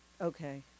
Okay